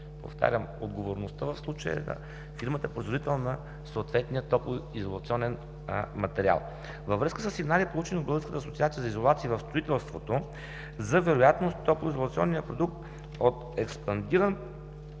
Повтарям, отговорността в случая е на фирмата производител на съответния топлоизолационен материал. Във връзка със сигнали, получени от Българската асоциация за изолации в строителството, за вероятност топлоизолационният продукт от експандиран